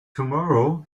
tomorrow